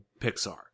pixar